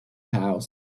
house